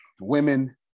Women